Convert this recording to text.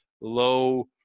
Low